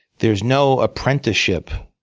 there's no apprenticeship,